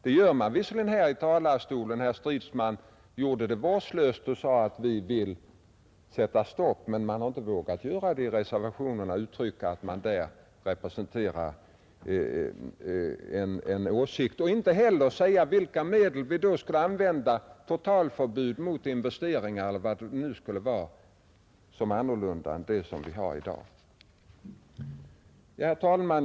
Det gör man visserligen här i talarstolen; herr Stridsman gjorde det vårdslöst och sade att ”vi vill sätta stopp”, men man har inte i reservationerna vågat uttrycka den åsikten. Inte heller har man sagt vilka medel vi borde använda — totalförbud mot investeringar eller vad det nu skulle vara som är annorlunda än det som vi har i dag. Herr talman!